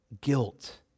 guilt